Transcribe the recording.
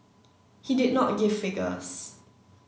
he did not give figures